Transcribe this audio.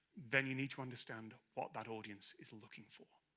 then you need to understand what that audience is looking for.